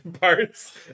parts